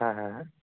হ্যাঁ হ্যাঁ হ্যাঁ